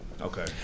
Okay